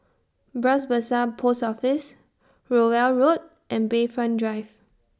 Bras Basah Post Office Rowell Road and Bayfront Drive